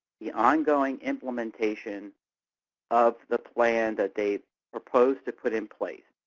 the ongoing implementation of the plan that they propose to put in place.